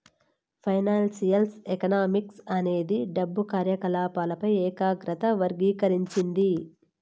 financial economics అనేది డబ్బు కార్యకాలపాలపై ఏకాగ్రత వర్గీకరించింది